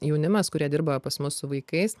jaunimas kurie dirba pas mus su vaikais